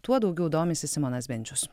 tuo daugiau domisi simonas bendžius